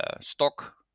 stock